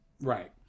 right